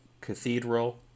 Cathedral